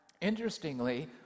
interestingly